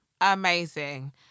Amazing